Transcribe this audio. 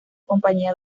compañía